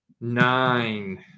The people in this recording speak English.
nine